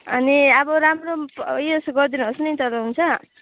अनि अब राम्रो उयस गरिदिनु होस् नि त हुन्छ